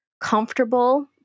comfortable